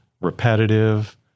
repetitive